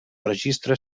registre